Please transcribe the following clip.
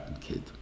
kid